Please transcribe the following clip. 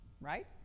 right